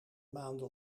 maande